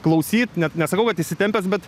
klausyt net nesakau kad įsitempęs bet